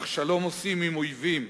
אך שלום עושים עם אויבים,